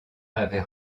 avait